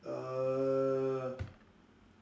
uh